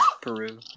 Peru